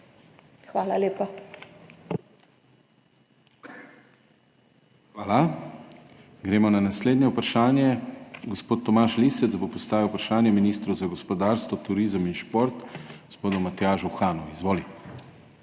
KRIVEC:** Hvala. Gremo na naslednje vprašanje. Gospod Tomaž Lisec bo postavil vprašanje ministru za gospodarstvo, turizem in šport, gospodu Matjažu Hanu. Izvoli.